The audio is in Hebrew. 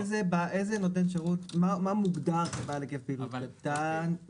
מה מוגדר כבעל היקף פעילות קטן.